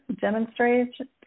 demonstration